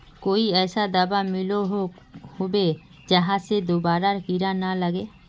कोई ऐसा दाबा मिलोहो होबे जहा से दोबारा कीड़ा ना लागे?